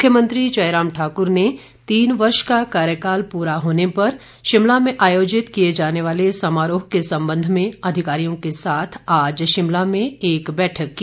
मुख्यमंत्री जयराम ठाकुर ने तीन वर्ष का कार्यकाल पूरा होने पर शिमला में आयोजित किए जाने वाले समारोह के संबंध में अधिकारियों के साथ आज शिमला में एक बैठक की